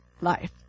life